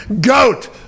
GOAT